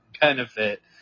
benefit